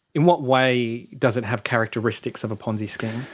in what way does it have characteristics of a ponzi scheme?